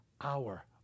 hour